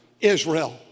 Israel